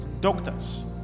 Doctors